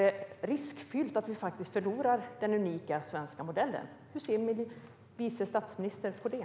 Det handlar om att vi faktiskt kan förlora den unika svenska modellen. Hur ser vice statsministern på det?